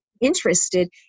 interested